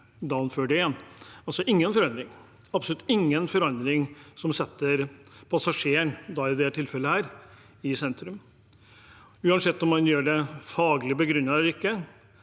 dagen før det igjen – altså absolutt ingen forandring som setter passasjeren, i dette tilfellet, i sentrum. Uansett om man gjør det faglig begrunnet eller ikke,